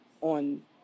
on